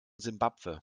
simbabwe